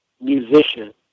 Musician